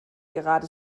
gerade